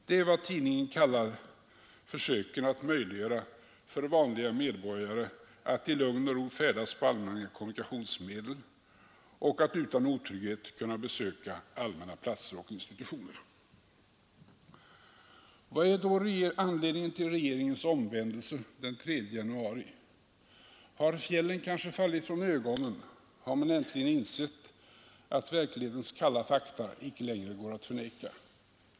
Det är vad tidningen kallar försöken att möjliggöra för vanliga medborgare att i lugn och ro kunna färdas på allmänna kommunikationsmedel och att utan otrygghet kunna besöka allmänna platser och institutioner! Vad är då anledningen till regeringens omvändelse den 3 januari? Har fjällen kanske fallit från ögonen? Har man äntligen insett att verklighetens kalla fakta icke längre går att förneka?